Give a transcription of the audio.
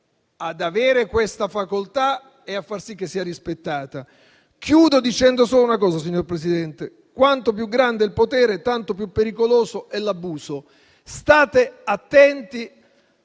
ad avere questa facoltà e a far sì che sia rispettata. Chiudo dicendo solo una cosa, signor Presidente: quanto più grande il potere, tanto più pericoloso è l'abuso. State attenti